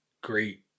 great